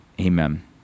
amen